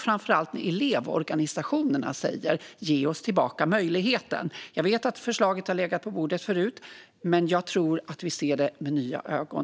Framför allt elevorganisationerna säger: Ge oss tillbaka möjligheten! Jag vet att förslaget har legat på bordet förut, men jag tror att vi nu ser det med nya ögon.